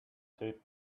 said